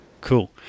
cool